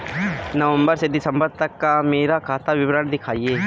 नवंबर से दिसंबर तक का मेरा खाता विवरण दिखाएं?